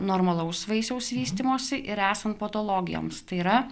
normalaus vaisiaus vystymosi ir esant patologijoms tai yra